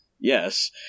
yes